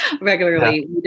regularly